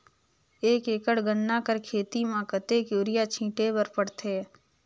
एक एकड़ गन्ना कर खेती म कतेक युरिया छिंटे बर पड़थे?